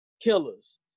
Killers